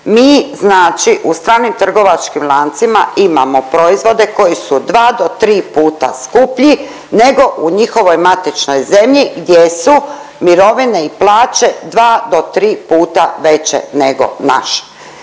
Mi znači u stranim trgovačkim lancima imamo proizvode koji su dva do tri puta skuplji nego u njihovoj matičnoj zemlji gdje su mirovine i plaće dva do tri puta veće nego naše.